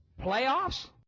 Playoffs